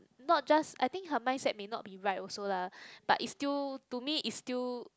not just I think her mindset may not be right also lah but it's still to me it's still